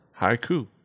haiku